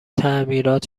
تعمیرات